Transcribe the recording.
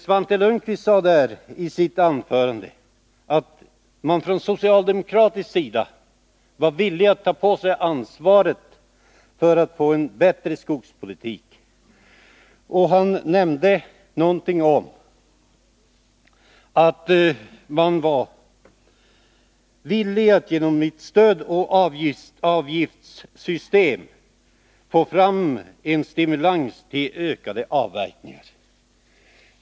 Svante Lundkvist sade i sitt anförande att man från socialdemokratisk sida var villig att ta på sig ansvaret för att få en bättre skogspolitik. Han nämnde att man var villig att genom ett stödoch avgiftssystem få fram en stimulans till ökad avverkning.